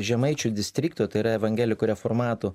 žemaičių distrikto tai yra evangelikų reformatų